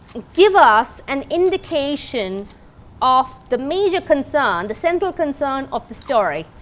give us an indication of the major concern, the central concern of the story.